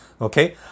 Okay